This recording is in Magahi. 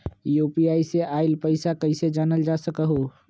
यू.पी.आई से आईल पैसा कईसे जानल जा सकहु?